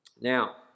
Now